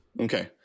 Okay